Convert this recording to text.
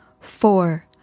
Four